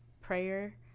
prayer